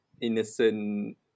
innocent